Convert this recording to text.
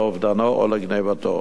לאובדנו או לגנבתו.